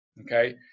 okay